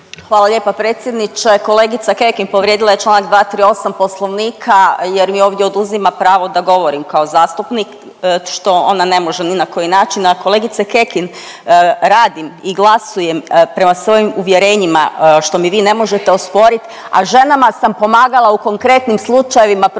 hvala lijepa predsjedniče, kolegica Kekin povrijedila je čl. 238 Poslovnika jer mi ovdje oduzima pravo da govorim kao zastupnik što ona ne može ni na koji način, a kolegice Kekin, radim i glasujem prema svojim uvjerenjima što mi vi ne možete osporiti, a ženama sam pomagala u konkretnim slučajevima protiv